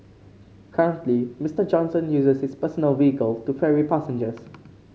currently Mister Johnson uses his personal vehicle to ferry passengers